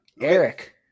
Eric